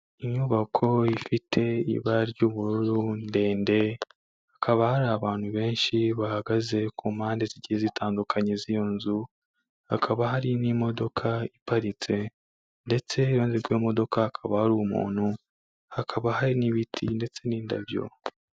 Inyubako ifite ibara ry'ubururu ndende, hakaba hari abantu benshi bahagaze ku mpande zigiye zitandukanye ziyo nzu, hakaba hari n'imodoka iparitse ndetse iruhande rwiyo modoka hakaba hari umuntu, hakaba hari n'ibiti ndetse n'indabyo.